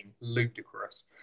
ludicrous